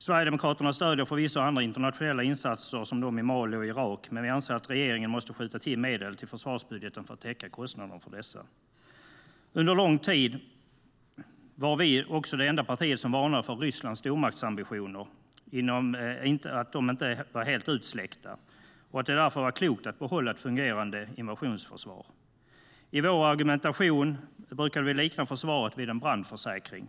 Sverigedemokraterna stöder förvisso andra internationella insatser, som dem i Mali och Irak, men vi anser att regeringen måste skjuta till medel till försvarsbudgeten för att täcka kostnaderna för dessa. Under lång tid var vi det enda partiet som varnade för att Rysslands stormaktsambitioner inte var helt utsläckta och att det därför var klokt att behålla ett fungerande invasionsförsvar. I vår argumentation brukade vi likna försvaret vid en brandförsäkring.